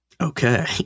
Okay